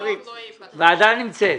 הוועדה נמצאת.